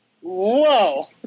Whoa